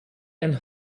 and